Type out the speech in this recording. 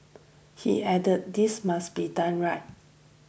he added this must be done right